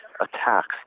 attacks